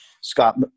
Scott